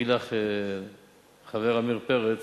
יגיד לך חבר הכנסת עמיר פרץ